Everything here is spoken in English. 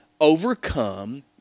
overcome